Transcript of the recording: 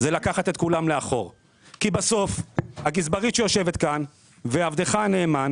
זה לקחת את כולם לאחור כי בסוף הגזברית שיושבת כאן ועבדך הנאמן